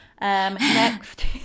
next